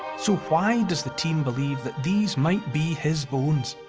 so why does the team believe that these might be his bones?